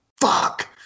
fuck